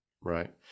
right